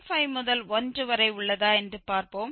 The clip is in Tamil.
5 முதல் 1 வரை உள்ளதா என்று பார்ப்போம்